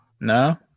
No